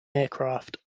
aircraft